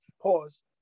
pause